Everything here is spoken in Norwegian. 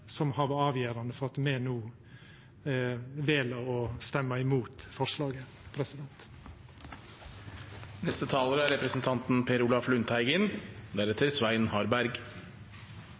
har vore avgjerande for at me no vel å stemma imot forslaget.